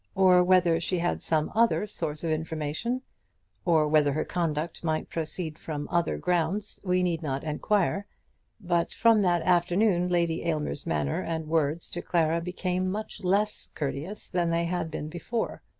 or whether she had some other source of information or whether her conduct might proceed from other grounds, we need not inquire but from that afternoon lady aylmer's manner and words to clara became much less courteous than they had been before.